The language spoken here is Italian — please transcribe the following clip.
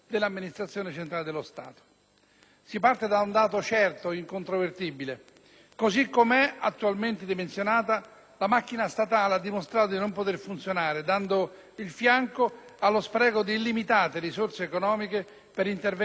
Si parte da un dato certo ed incontrovertibile: così com'è attualmente dimensionata la macchina statale ha dimostrato di non poter funzionare, dando il fianco allo spreco di illimitate risorse economiche per interventi di sostegno, spesso *una* *tantum*,